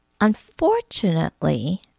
Unfortunately